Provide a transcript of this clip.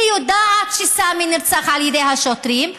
היא יודעת שסאמי נרצח על ידי שוטרים,